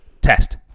test